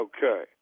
Okay